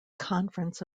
conference